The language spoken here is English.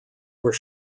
were